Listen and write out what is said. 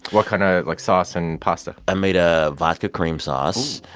what kind of, like, sauce and pasta? i made a vodka cream sauce,